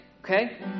okay